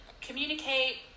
Communicate